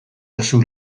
duzu